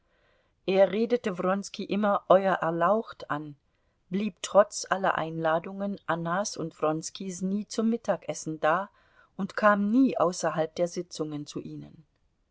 er redete wronski immer euer erlaucht an blieb trotz aller einladungen annas und wronskis nie zum mittagessen da und kam nie außerhalb der sitzungen zu ihnen